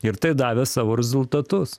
ir tai davė savo rezultatus